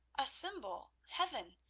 a symbol? heaven?